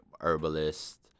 herbalist